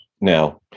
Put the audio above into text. Now